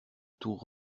tour